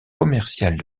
commerciale